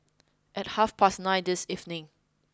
at half past nine this evening